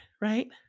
right